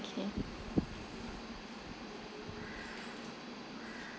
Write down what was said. okay